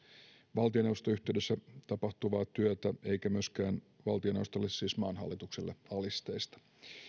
valtioneuvoston yhteydessä tapahtuvaa työtä eikä myöskään valtioneuvostolle siis maan hallitukselle alisteista